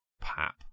pap